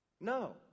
No